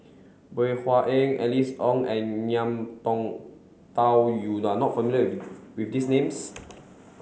Bey Hua Heng Alice Ong and Ngiam Tong Dow you are not familiar with with these names